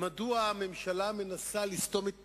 מדוע הממשלה מנסה לסתום את פינו,